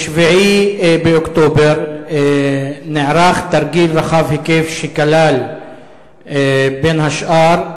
ב-7 באוקטובר נערך תרגיל רחב היקף שכלל בין השאר,